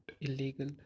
illegal